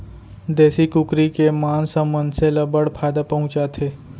देसी कुकरी के मांस ह मनसे ल बड़ फायदा पहुंचाथे